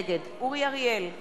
נגד אורי אריאל,